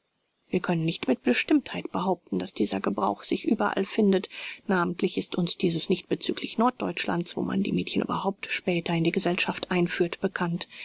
wir können nicht mit bestimmtheit behaupten daß dieser gebrauch sich überall findet namentlich ist uns dieses nicht bezüglich norddeutschlands wo man die mädchen überhaupt später in die gesellschaft einführt bekannt